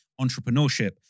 entrepreneurship